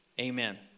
amen